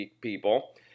people